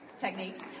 techniques